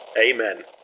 amen